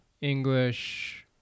English